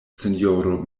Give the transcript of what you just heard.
sinjoro